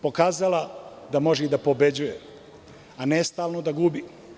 Pokazala da može i da pobeđuje, a ne stalno da gubi.